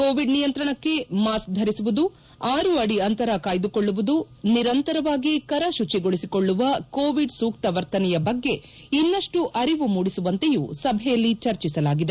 Covid ನಿಯಂತ್ರಣಕ್ಕೆ mask ಧರಿಸುವುದು ಆರು ಅಡಿ ಅಂತರ ಕಾಯ್ದುಕೊಳ್ಳುವುದು ನಿರಂತರವಾಗಿ ಕರ ಶುಚಿಗೊಳಿಸಿಕೊಳ್ಳುವ ಕೋವಿಡ್ ಸೂಕ್ತ ವರ್ತನೆಯ ಬಗ್ಗೆ ಇನ್ನಷ್ಟು ಅರಿವು ಮೂಡಿಸುವಂತೆಯೂ ಸಭೆಯಲ್ಲಿ ಚರ್ಚಿಸಲಾಗಿದೆ